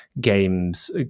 games